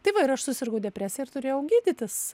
tai va ir aš susirgau depresija ir turėjau gydytis